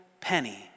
penny